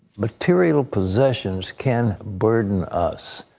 material possessions can burden us.